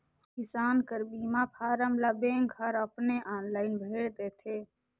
किसान कर बीमा फारम ल बेंक हर अपने आनलाईन भइर देथे